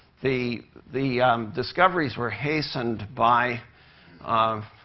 the the discoveries were hastened by um